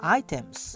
items